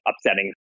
upsetting